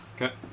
Okay